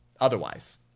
otherwise